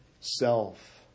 self